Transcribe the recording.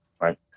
right